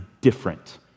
different